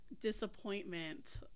disappointment